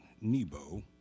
Nebo